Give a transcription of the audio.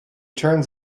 turns